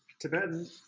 Tibetan